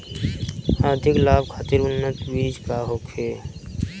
अधिक लाभ खातिर उन्नत बीज का होखे?